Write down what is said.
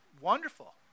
Wonderful